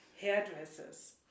hairdressers